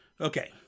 okay